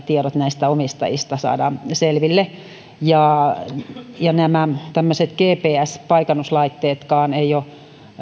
tiedot näistä omistajista saadaan selville nämä tämmöiset gps paikannuslaitteet eivät ole